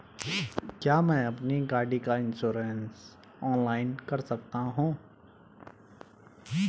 क्या मैं अपनी गाड़ी का इन्श्योरेंस ऑनलाइन कर सकता हूँ?